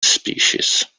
species